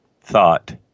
thought